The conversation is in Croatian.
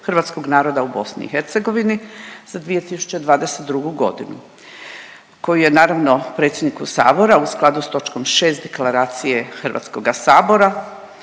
hrvatskog naroda u Bosni i Hercegovini za 2022.g. koju je naravno predsjedniku Sabora u skladu s točkom 6. Deklaracije HS-a dostavilo